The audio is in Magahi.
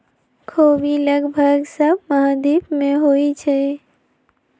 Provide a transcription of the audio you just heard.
ख़ोबि लगभग सभ महाद्वीप में होइ छइ